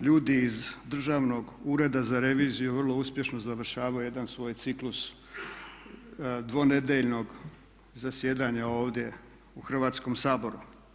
ljudi iz Državnog ureda za reviziju vrlo uspješno završavaju jedan svoj ciklus dvonedjeljnog zasjedanja ovdje u Hrvatskom saboru.